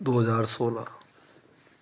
दो हज़ार सोलह